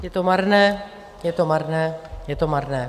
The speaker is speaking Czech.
Je to marné, je to marné, je to marné.